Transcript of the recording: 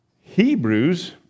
Hebrews